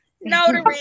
Notary